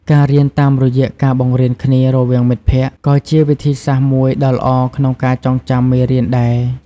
ការរៀនតាមរយៈការបង្រៀនគ្នារវាងមិត្តភក្តិ ក៏ជាវិធីសាស្រ្តមួយដ៏ល្អក្នុងការចងចាំមេរៀនដែរ។